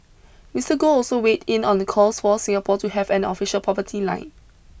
Mister Goh also weighed in on calls for Singapore to have an official poverty line